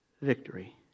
Victory